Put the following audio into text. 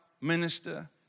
minister